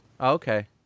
okay